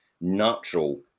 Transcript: natural